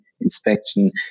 inspection